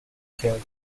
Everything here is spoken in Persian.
کردیم